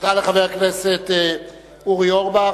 תודה לחבר הכנסת אורי אורבך.